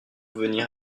venir